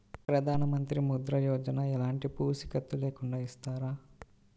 ప్రధానమంత్రి ముద్ర యోజన ఎలాంటి పూసికత్తు లేకుండా ఇస్తారా?